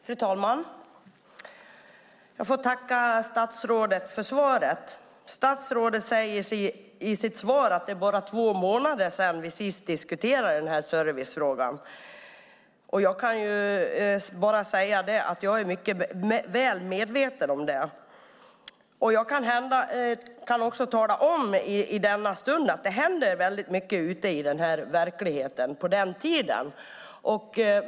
Fru talman! Jag får tacka statsrådet för svaret. Han säger i sitt svar att det bara är två månader sedan vi senast diskuterade denna servicefråga. Jag kan bara säga att jag är mycket väl medveten om det. Jag kan också tala om att det händer mycket i denna stund ute i verkligheten och att det har hänt mycket under den här tiden.